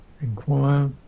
inquire